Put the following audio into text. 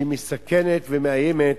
שמסכנת ומאיימת